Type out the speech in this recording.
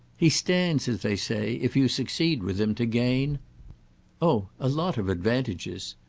he stands, as they say, if you succeed with him, to gain oh a lot of advantages.